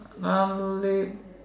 no leh